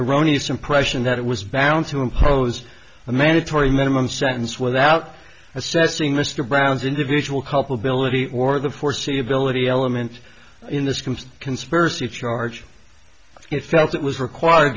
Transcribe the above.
erroneous impression that it was bound to impose a mandatory minimum sentence without assessing mr brown's individual culpability or the foreseeability element in this comes conspiracy charge it felt it was required